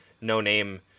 no-name